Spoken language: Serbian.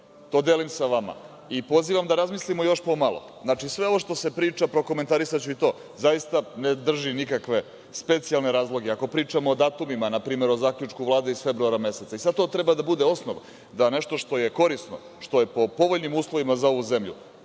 to delim sa vama. Pozivam da razmislimo još pomalo. Znači, sve ovo što se priča, prokomentarisaću i to, zaista ne drži nikakve specijalne razloge. Ako pričamo o datumima, npr. o zaključku Vlade iz februara meseca i to sada treba da bude osnov da nešto što je korisno, što je po povoljnim uslovima za ovu zemlju,